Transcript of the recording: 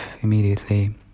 immediately